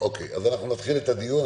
אם כך, נתחיל בדיון.